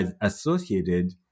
associated